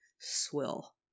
swill